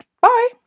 bye